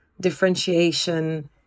differentiation